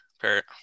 Parrot